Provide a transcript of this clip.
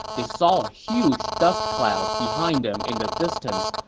they saw a huge dust cloud behind them in the distance,